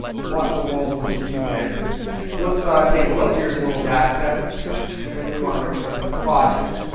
what in the old, what you do? then let's ah take a look here's a little data set and we want to return the project.